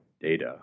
data